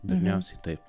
dažniausiai taip